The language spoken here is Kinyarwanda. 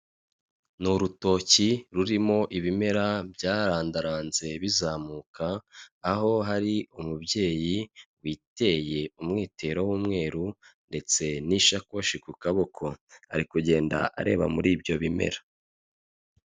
Ni urutoki rurimo ibimera byarandaranze bizamuka, aho hari umubyeyi witeye umwitero w'umweru ndetse n'ishakoshi ku kaboko, ari kugenda areba muri ibyo bimera.